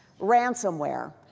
ransomware